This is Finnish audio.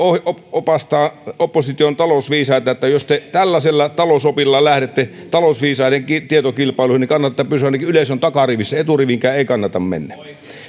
opastaa opposition talousviisaita että jos te tällaisella talousopilla lähdette talousviisaiden tietokilpailuihin niin kannattaa pysyä ainakin yleisön takarivissä eturiviinkään ei kannata mennä